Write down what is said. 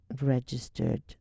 registered